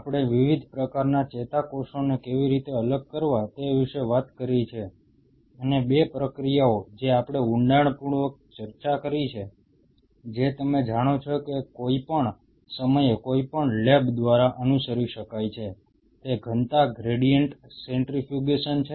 આપણે વિવિધ પ્રકારના ચેતાકોષોને કેવી રીતે અલગ કરવા તે વિશે વાત કરી છે અને 2 પ્રક્રિયાઓ જે આપણે ઊંડાણપૂર્વક ચર્ચા કરી છે જે તમે જાણો છો તે કોઈપણ સમયે કોઈપણ લેબ દ્વારા અનુસરી શકાય છે તે ઘનતા ગ્રેડિયન્ટ સેન્ટ્રીફ્યુગેશન છે